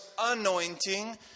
anointing